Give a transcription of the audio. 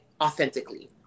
authentically